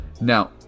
Now